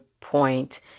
point